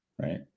right